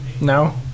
No